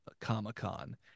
Comic-Con